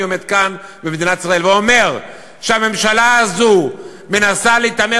אני עומד כאן במדינת ישראל ואומר שהממשלה הזו מנסה להתעמר